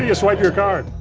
yeah swipe your card?